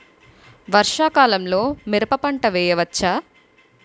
వర్షాకాలంలో మిరప పంట వేయవచ్చా?